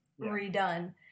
redone